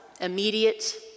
immediate